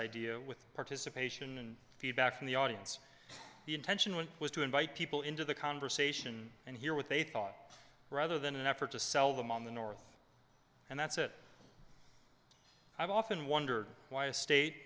idea with participation and feedback from the audience the intention was to invite people into the conversation and hear what they thought rather than an effort to sell them on the north and that's it i've often wondered why a state